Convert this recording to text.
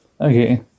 Okay